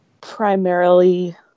primarily